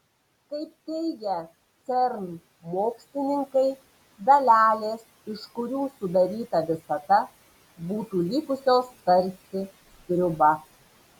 kaip teigia cern mokslininkai dalelės iš kurių sudaryta visata būtų likusios tarsi sriuba